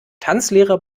tanzlehrer